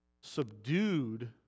subdued